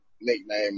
nickname